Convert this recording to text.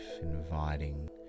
inviting